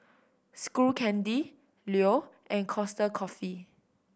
Skull Candy Leo and Costa Coffee